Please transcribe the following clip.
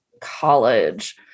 college